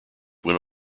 went